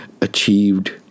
achieved